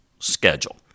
Schedule